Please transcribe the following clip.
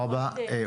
בבקשה,